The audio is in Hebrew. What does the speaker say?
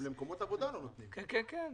למקומות עבודה לא נותנים להיכנס.